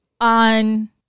on